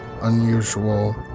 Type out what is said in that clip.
unusual